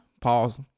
Pause